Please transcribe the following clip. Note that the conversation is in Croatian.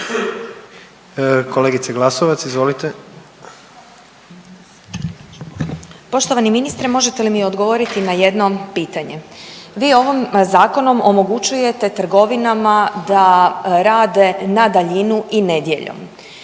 izvolite. **Glasovac, Sabina (SDP)** Poštovani ministre možete li mi odgovoriti na jedno pitanje. Vi ovim zakonom omogućujete trgovinama da rade na daljinu i nedjeljom